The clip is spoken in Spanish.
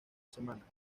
semanas